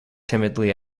timidly